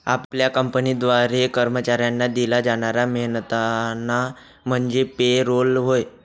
आपल्या कंपनीद्वारे कर्मचाऱ्यांना दिला जाणारा मेहनताना म्हणजे पे रोल होय